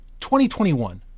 2021